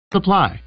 Supply